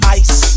ice